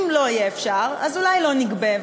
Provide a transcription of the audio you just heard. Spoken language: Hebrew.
אם לא יהיה אפשר, אז אולי לא נגבה.